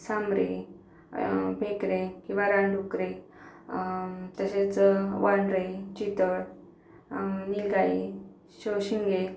सांबरे भेकरे किंवा रानडुकरे तसेच वानरे चितळ नीलगाई चौशिंगे